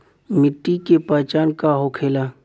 मिट्टी के पहचान का होखे ला?